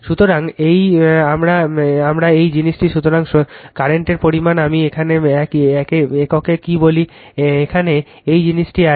সুতরাং এই আমার এই জিনিস সুতরাং স্রোতের পরিমানে আমি এখানে এককে কী বলি এখানে এক এই জিনিসটি আছে